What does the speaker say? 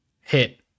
Hit